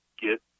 get